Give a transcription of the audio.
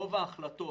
רוב ההחלטות,